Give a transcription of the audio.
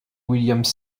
williams